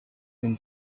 been